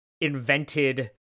invented